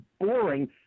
boring